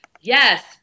Yes